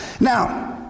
Now